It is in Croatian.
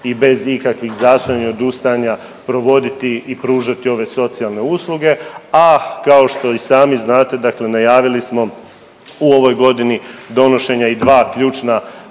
i bez ikakvih zastajanja, odustajanja provoditi i pružati ove socijalne usluge. A kao što i sami znate dakle najavili smo u ovoj godini donošenje i dva ključna